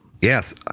Yes